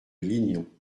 lignon